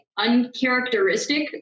uncharacteristic